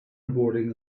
boarding